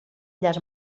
llaç